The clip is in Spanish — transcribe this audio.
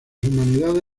humanidades